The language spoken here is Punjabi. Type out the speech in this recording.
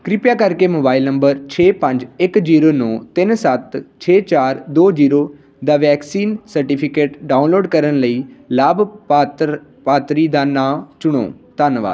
ਕਿਰਪਾ ਕਰਕੇ ਮੋਬਾਈਲ ਨੰਬਰ ਛੇ ਪੰਜ ਇੱਕ ਜੀਰੋ ਨੌਂ ਤਿੰਨ ਸੱਤ ਛੇ ਚਾਰ ਦੋ ਜੀਰੋ ਦਾ ਵੈਕਸੀਨ ਸਰਟੀਫਿਕੇਟ ਡਾਊਨਲੋਡ ਕਰਨ ਲਈ ਲਾਭਪਾਤਰ ਪਾਤਰੀ ਦਾ ਨਾਂ ਚੁਣੋ ਧੰਨਵਾਦ